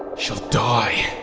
she will die